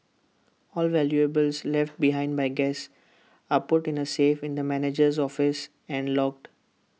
all valuables left behind by guests are put in A safe in the manager's office and logged